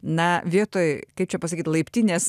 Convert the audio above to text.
na vietoj kaip čia pasakyt laiptinės